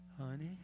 Honey